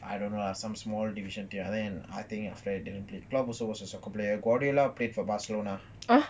I don't know ah some small division tier other than I think after didn't play club also was a soccer player guardiola played for barcelona